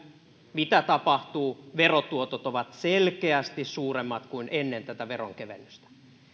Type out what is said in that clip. mitä tapahtuu verotuotot ovat selkeästi suuremmat kuin ennen tätä veronkevennystä